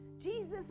Jesus